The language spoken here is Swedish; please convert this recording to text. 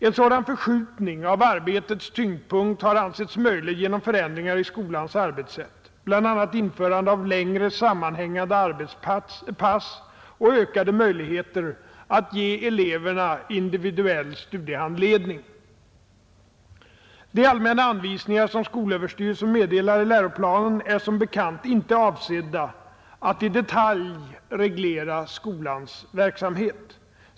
En sådan förskjutning av arbetets tyngdpunkt har ansetts möjlig genom förändringar i skolans arbetssätt — bl.a. införande av längre sammanhängande arbetspass och ökade möjligheter att ge eleverna individuell studiehandledning. De allmänna anvisningar som skolöverstyrelsen meddelar i läroplanen är som bekant inte avsedda att i detalj reglera skolans verksamhet.